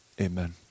Amen